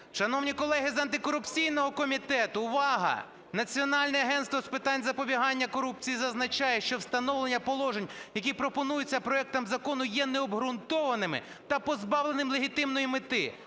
Шановні колеги з антикорупційного комітету, увага: Національне агентство з питань запобігання корупції зазначає, що встановлення положень, які пропонуються проектом закону, є необґрунтованими та позбавленими легітимної мети,